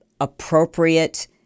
appropriate